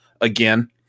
again